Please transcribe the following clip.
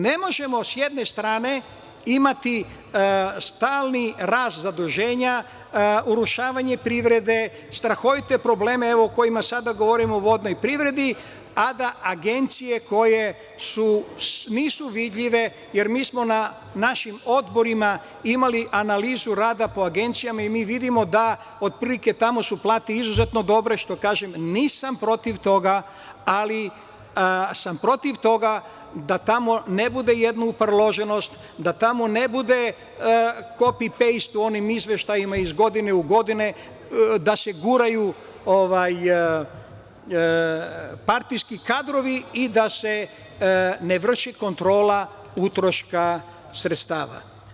Ne možemo sa jedne strane imati stalni rast zaduženja, urušavanje privrede, strahovite probleme o kojima sada govorimo, o vodnoj privredi, a da agencije koje nisu vidljive, jer mi smo na našim odborima imali analizu rada po agencijama i vidimo da otprilike su tamo plate dobro, kažem da nisam protiv toga, ali sam protiv toga da tamo ne bude kopi-pejst u izveštajima iz godine u godinu, da se guraju partijski kadrovi i da se ne vrši kontrola utroška sredstava.